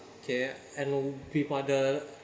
K and we'll be